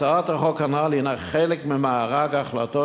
הצעת החוק הנ"ל הינה חלק ממארג ההחלטות